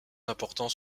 importants